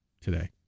today